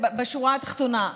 בשורה התחתונה,